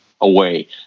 away